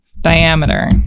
diameter